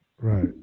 right